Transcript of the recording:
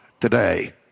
today